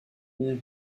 une